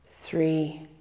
three